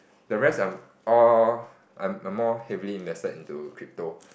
the rest I'm all I'm I'm more heavily invested into crypto